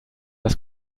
das